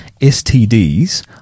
STDs